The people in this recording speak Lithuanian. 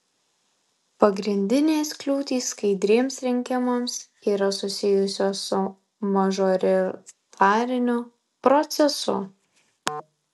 pagrindinės kliūtys skaidriems rinkimams yra susijusios su mažoritariniu procesu